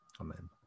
Amen